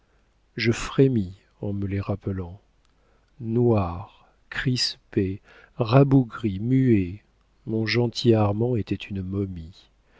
je frémis en me les rappelant noir crispé rabougri muet mon gentil armand était une momie